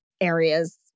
areas